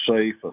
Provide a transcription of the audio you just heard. safe